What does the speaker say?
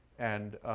and